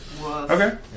Okay